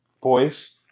Boys